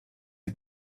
die